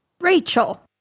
Rachel